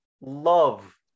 love